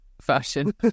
fashion